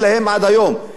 במדינת ישראל,